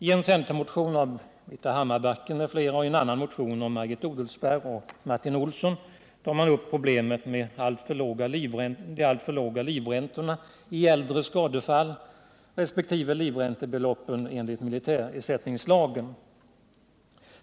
I en centermotion av Britta Hammarbacken m.fl. och i en annan av Margit Odelsparr och Martin Olsson behandlas problemet med de alltför låga livräntorna när det gäller äldre skadefall resp. livräntebeloppen enligt militärersättningslagen.